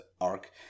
arc